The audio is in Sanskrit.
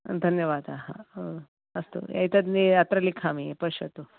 धन्यवादः अस्तु एतत् अत्र लिखामि पश्यतु